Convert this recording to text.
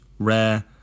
Rare